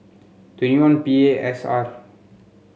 twenty one P A S R